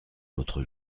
l’autre